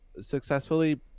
successfully